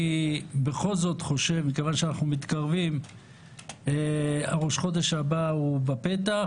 אני בכל זאת חושב, מכיוון שראש חודש הבא הוא בפתח,